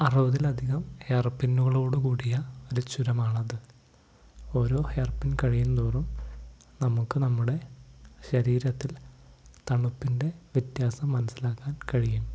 അറുപതിലധികം hair പിന്നുകളോടു കൂടിയ ഒരു ചുരമാണത് ഓരോ ഹെയർ പിൻ കഴിയുന്തോറും നമുക്കു നമ്മുടെ ശരീരത്തിൽ തണുപ്പിൻ്റെ വ്യത്യാസം മനസ്സിലാക്കാൻ കഴിയും